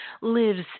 lives